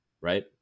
right